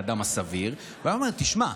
"האדם הסביר" והיה אומר: תשמע,